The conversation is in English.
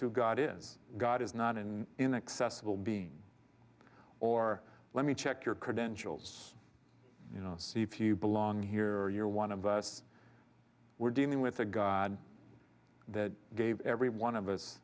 who god is god is not in inaccessible being or let me check your credentials you know see if you belong here or you're one of us we're dealing with a god that gave every one of us